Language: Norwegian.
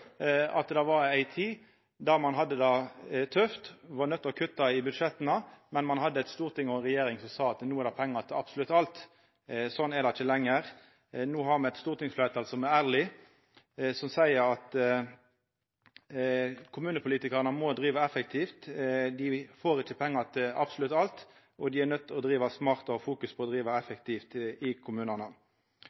at det var ei tid då ein hadde det tøft, var nøydd til å kutta i budsjetta, men ein hadde eit storting og ei regjering som sa at no er det pengar til absolutt alt. Slik er det ikkje lenger. No har me eit stortingsfleirtal som er ærleg, som seier at kommunepolitikarane må driva effektivt, dei får ikkje pengar til absolutt alt, og dei er nøydde til å driva smart og fokusera på å driva effektivt i kommunane.